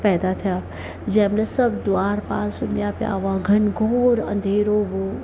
पैदा थिया जंहिंमहिल सभु द्वारपाल सुम्हिया पिया हुआ घंघोर अंधेरो हो